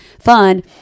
fund